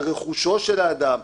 על רכושו של האדם,